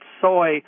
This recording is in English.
soy